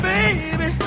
Baby